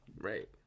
Right